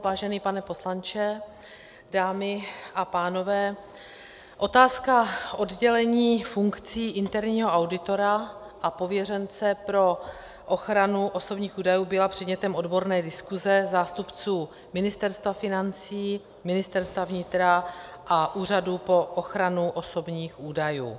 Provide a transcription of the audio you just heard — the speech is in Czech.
Vážený pane poslanče, dámy a pánové, otázka oddělení funkcí interního auditora a pověřence pro ochranu osobních údajů byla předmětem odborné diskuze zástupců Ministerstva financí, Ministerstva vnitra a Úřadu pro ochranu osobních údajů.